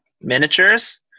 miniatures